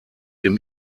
dem